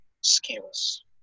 skills